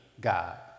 God